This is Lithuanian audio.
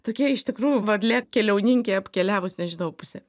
tokia iš tikrųjų varlė keliauninkė apkeliavus nežinau pusę